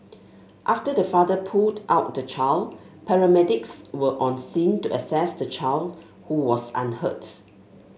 after the father pulled out the child paramedics were on scene to assess the child who was unhurt